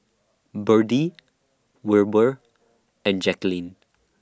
Berdie Wilbur and Jaquelin